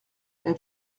elle